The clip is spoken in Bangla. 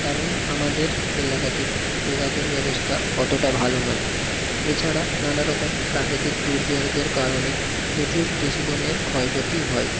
কারণ আমাদের এলাকাতে যোগাযোগ ব্যবস্থা অতটা ভালো নয় এছাড়া নানা রকম প্রাকৃতিক দুর্যোগের কারণে প্রচুর কৃষি পণ্যের ক্ষয়ক্ষতি হয়